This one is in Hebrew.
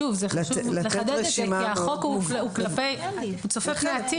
שוב, לחדד את זה כי החוק הוא צופה פני עתיד.